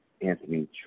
Anthony